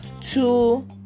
two